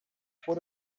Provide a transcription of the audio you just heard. voor